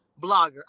blogger